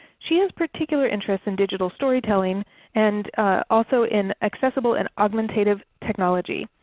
she has particular interest in digital storytelling and also in accessible and augmentative technology.